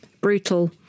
Brutal